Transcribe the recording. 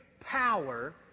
power